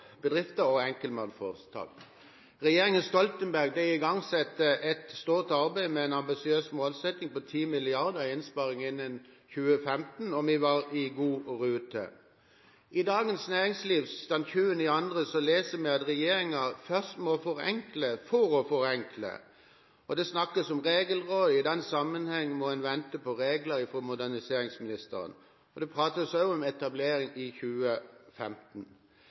vi var i god rute. I Dagens Næringsliv den 20. februar leser vi at regjeringen først må forenkle for å forenkle. Det snakkes om regelråd, og at en i den sammenheng må vente på regler fra moderniseringsministeren. Det prates også om etablering i 2015.